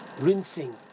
rinsing